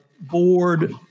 board